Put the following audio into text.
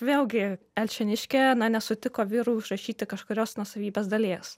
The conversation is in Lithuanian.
vėlgi alšėniškė na nesutiko vyrui užrašyti kažkurios nuosavybės dalies